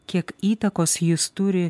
kiek įtakos jis turi